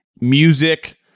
music